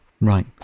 Right